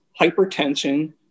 hypertension